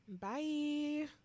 Bye